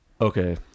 Okay